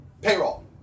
payroll